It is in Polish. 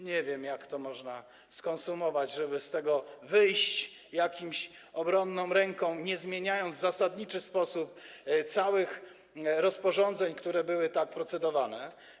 Nie wiem, jak to można skonsumować, żeby z tego wyjść obronną ręką, nie zmieniając w zasadniczy sposób całych rozporządzeń, nad którymi tak procedowano.